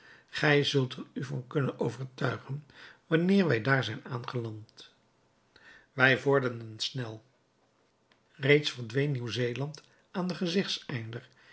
gij zult er u van kunnen overtuigen wanneer wij daar zijn aangeland wij vorderden snel reeds verdween nieuw-zeeland aan den gezichteinder